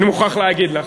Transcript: אני מוכרח להגיד לך.